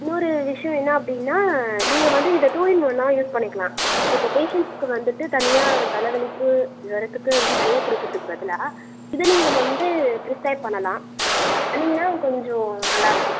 இன்னொரு விஷயம் என்ன அப்படின்னா நீங்கள் வந்து இதை டூ இன் ஒன்னாக யூஸ் பண்ணிக்கலாம் இப்போது பேஷண்ட்ஸ்க்கு வந்துட்டு தனியாக தலை வலிக்கு ஜூரத்துக்கு வந்து தனியாக கொடுக்கறதுக்குப் பதிலாக இதை நீங்கள் வந்து பிரிஸ்கிரைப் பண்ணலாம் பண்ணீங்கன்னால் கொஞ்சம் நல்லாயிருக்கும்